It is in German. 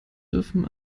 dürfen